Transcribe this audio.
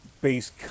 based